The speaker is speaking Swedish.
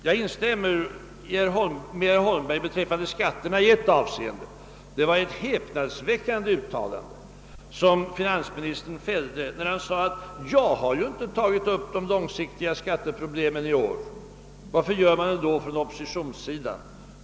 Jag instämmer med herr Holmberg beträffande skatterna i ett avseende; det var ett häpnadsväckande uttalande som finansministern gjorde när han sade: ”Jag har inte tagit upp de långsiktiga skatteproblemen i år. Varför gör man det från oppositionens sida?